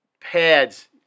pads